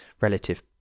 relative